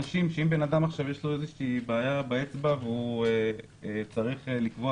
שאם לאדם יש בעיה באצבע והוא צריך לקבוע